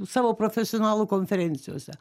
savo profesionalų konferencijose